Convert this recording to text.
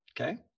Okay